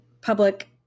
public